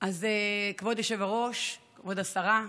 אז כבוד היושב-ראש, כבוד השרה,